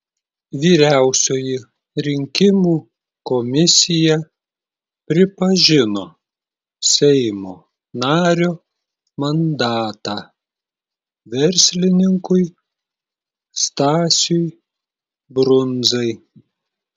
vyriausioji rinkimų komisija pripažino seimo nario mandatą verslininkui stasiui brundzai